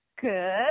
Good